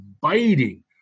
biting